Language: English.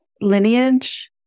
lineage